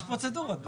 יש פרוצדורות.